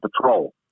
patrol